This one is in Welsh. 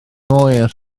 oer